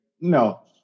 No